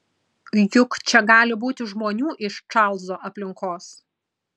juk čia gali būti žmonių iš čarlzo aplinkos